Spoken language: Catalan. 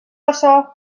açò